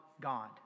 God